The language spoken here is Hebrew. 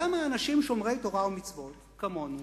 למה אנשים שומרי תורה ומצוות כמונו,